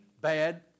bad